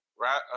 Right